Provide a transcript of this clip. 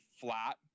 flat